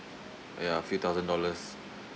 ya few thousand dollars